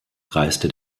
reiste